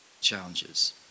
challenges